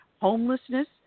homelessness